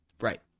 Right